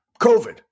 COVID